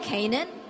Canaan